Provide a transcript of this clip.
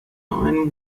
einem